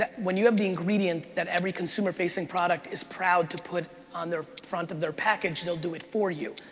when you have the ingredient that every consumer-facing product is proud to put on the front of their package, they'll do it for you.